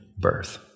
birth